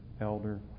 elder